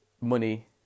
money